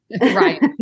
Right